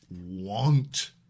want